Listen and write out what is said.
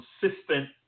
consistent